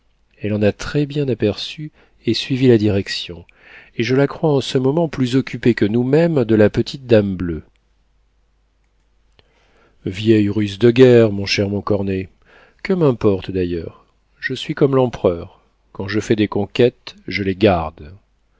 elle en a très-bien aperçu et suivi la direction et je la crois en ce moment plus occupée que nous-mêmes de la petite dame bleue vieille ruse de guerre mon cher montcornet que m'importe d'ailleurs je suis comme l'empereur quand je fais des conquêtes je les garde